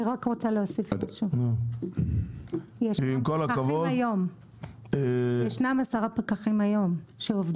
אני רק רוצה להוסיף בבקשה שיש כבר היום עשרה פקחים שעובדים.